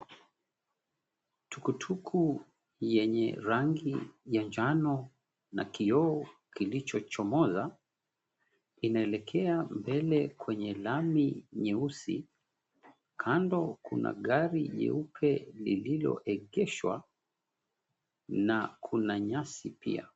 Tuktuk yenye rangi ya njano na kioo kilichochomoza imeelekea mbele kwenye lami nyeusi. Kando kuna gari jeupe lililoegeshwa na kuna nyasi pia.